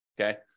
okay